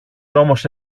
όμως